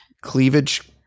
Cleavage